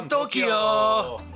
Tokyo